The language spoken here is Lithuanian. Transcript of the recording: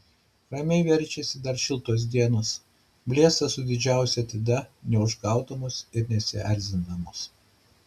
ramiai verčiasi dar šiltos dienos blėsta su didžiausia atida neužgaudamos ir nesierzindamos